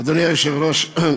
אדוני היושב-ראש,